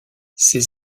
ces